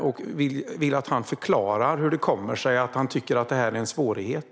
Jag vill att han förklarar hur det kommer sig att han tycker att detta är en svårighet.